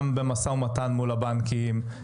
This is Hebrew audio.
גם במשא ומתן מול הבנקים,